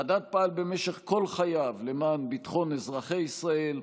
חדד פעל במשך כל חייו למען ביטחון אזרחי ישראל,